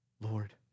Lord